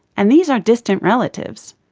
and these are distant relatives.